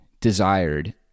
desired